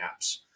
apps